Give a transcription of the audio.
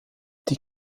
die